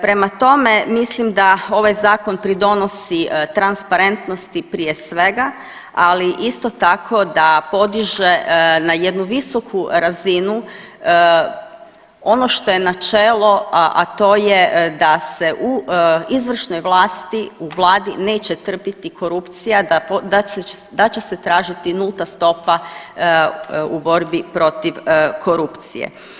Prema tome, mislim da ovaj zakon pridonosi transparentnosti prije svega, ali isto tako da podiže na jednu visoku razinu ono što je načelo, a to je da se u izvršnoj vlasti u vladi neće trpiti korupciji, da će se tražiti nulta stopa u borbi protiv korupcije.